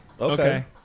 Okay